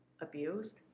abused